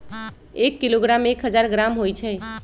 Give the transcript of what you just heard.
एक किलोग्राम में एक हजार ग्राम होई छई